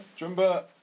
remember